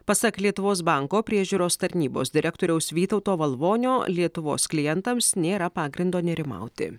pasak lietuvos banko priežiūros tarnybos direktoriaus vytauto valvonio lietuvos klientams nėra pagrindo nerimauti